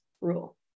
rule